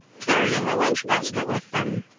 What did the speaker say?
carrying a lunch basket with them.